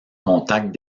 contact